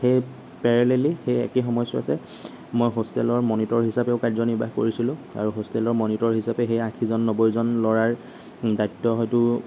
সেই পেৰেলেলী সেই একেই সময়ছোৱাতে মই হোষ্টেলৰ মনিটৰ হিচাপেও কাৰ্যনিৰ্বাহ কৰিছিলোঁ আৰু হোষ্টেলৰ মনিটৰ হিচাপে সেই আশীজন নব্বৈজন ল'ৰাৰ দ্বায়িত্ব হয়তো